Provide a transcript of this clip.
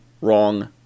wrong